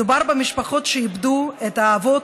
מדובר במשפחות שאיבדו את האבות,